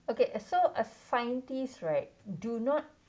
okay so a scientist right do not